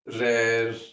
rare